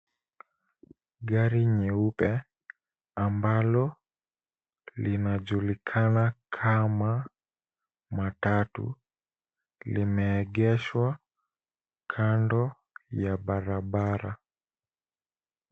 Gari nyeupe ambalo linajulikana kama matatu limeegeshwa kando ya barabara.